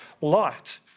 light